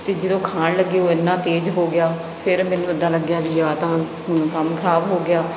ਅਤੇ ਜਦੋਂ ਖਾਣ ਲੱਗੇ ਉਹ ਇੰਨਾ ਤੇਜ਼ ਹੋ ਗਿਆ ਫਿਰ ਮੈਨੂੰ ਇੱਦਾਂ ਲੱਗਿਆ ਜਾਂ ਤਾਂ ਹੁਣ ਕੰਮ ਖਰਾਬ ਹੋ ਗਿਆ